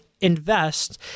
invest